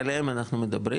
עליהם אנחנו מדברים.